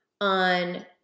on